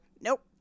Nope